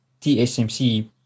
tsmc